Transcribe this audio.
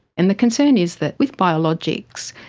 and the concern is that with biologics,